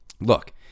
look